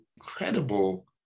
incredible